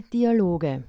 Dialoge